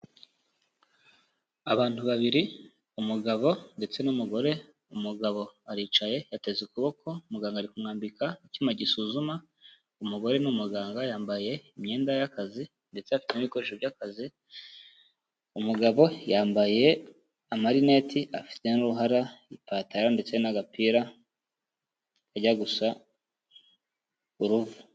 Abantu babiri umugabo ndetse n'umugore, umugabo aricaye yateze ukuboko, muganga ari kumwambika icyuma gisuzuma, umugore ni umuganga, yambaye imyenda y'akazi ndetse afite n'ibikoresho by'akazi; umugabo yambaye amarineti afite n'uruhara, ipataro, ndetse n'agapira kajya gusa uruvu.